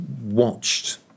watched